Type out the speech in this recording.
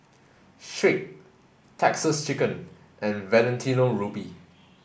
Schick Texas Chicken and Valentino Rudy